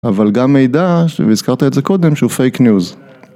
אבל גם מידע, והזכרת את זה קודם, שהוא פייק ניוז.